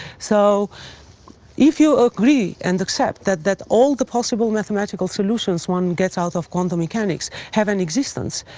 so if you agree and accept that that all the possible mathematical solutions one gets out of quantum mechanics have an existence,